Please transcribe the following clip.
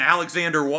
Alexander